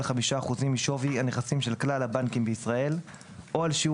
5% משווי הנכסים של כלל הבנקים בישראל או על שיעור